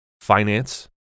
finance